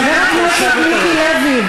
חבר הכנסת מיקי לוי,